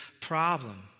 problem